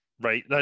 right